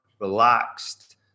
relaxed